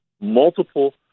multiple